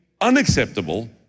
unacceptable